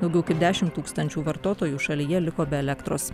daugiau kaip dešimt tūkstančių vartotojų šalyje liko be elektros